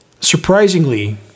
Surprisingly